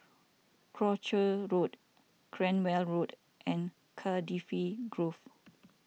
Croucher Road Cranwell Road and Cardifi Grove